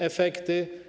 Efekty?